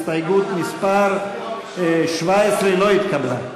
הסתייגות מס' 17 לא התקבלה.